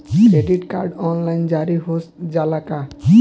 Credit card online जारी हो जाला का?